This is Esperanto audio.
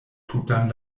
tutan